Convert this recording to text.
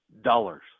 dollars